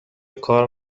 کار